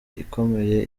ikomeye